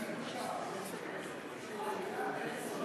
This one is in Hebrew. (תיקון, היעדרות בשל